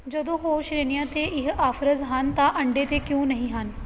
ਜਦੋਂ ਹੋਰ ਸ਼੍ਰੇਣੀਆਂ 'ਤੇ ਇਹ ਆਫ਼ਰਜ਼ ਹਨ ਤਾਂ ਅੰਡੇ 'ਤੇ ਕਿਉਂ ਨਹੀਂ ਹਨ